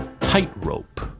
Tightrope